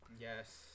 Yes